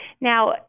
Now